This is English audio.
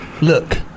Look